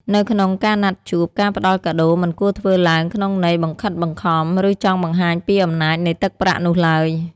នៅក្នុងការណាត់ជួប ការផ្ដល់កាដូមិនគួរធ្វើឡើងក្នុងន័យបង្ខិតបង្ខំ ឬចង់បង្ហាញពីអំណាចនៃទឹកប្រាក់នោះឡើយ។